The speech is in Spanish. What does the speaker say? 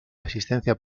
asistencia